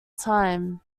time